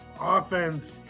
offense